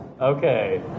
Okay